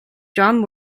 john